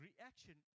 reaction